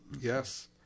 Yes